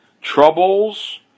troubles